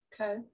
Okay